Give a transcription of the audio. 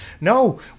no